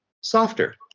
softer